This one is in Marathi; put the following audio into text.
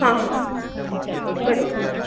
हां हां बरोबर